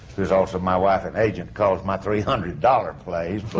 who is also my wife and agent, calls my three hundred dollar plays,